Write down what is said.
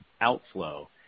outflow